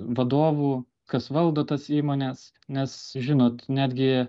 vadovų kas valdo tas įmones nes žinot netgi